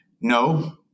No